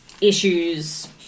issues